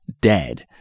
dead